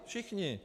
Všichni.